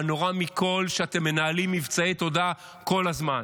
והנורא מכול, שאתם מנהלים מבצעי תודעה כל הזמן.